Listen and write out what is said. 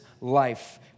life